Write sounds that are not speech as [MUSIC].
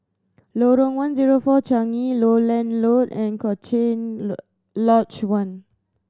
Lorong One Zero Four Changi Lowland Road and Cochrane [UNINTELLIGIBLE] Lodge One